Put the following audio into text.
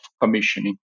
commissioning